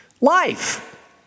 life